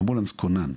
אמבולנס כונן,